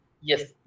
Yes